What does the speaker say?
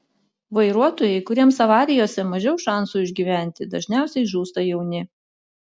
vairuotojai kuriems avarijose mažiau šansų išgyventi dažniausiai žūsta jauni